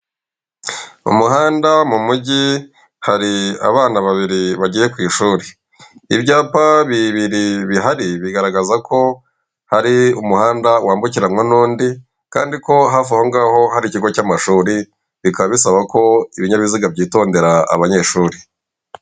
Umuhanda mu mujyi hari abana babiri bagiye ku ishuri, ibyapa bibiri bihari bigaragaza ko hari umuhanda wambukirankwa n'undi, kandi ko hafi aho ngaho hari ikigo cy'amashuri bikaba bisaba ko ibinyabiziga byitondera abanyeshuri.